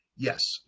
Yes